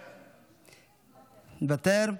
מוותר.